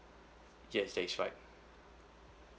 yes that is right